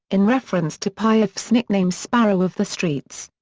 in reference to piaf's nickname sparrow of the streets.